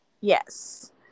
Yes